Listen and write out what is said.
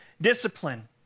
discipline